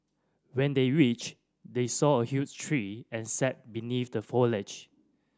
when they reached they saw a huge tree and sat beneath the foliage